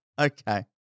Okay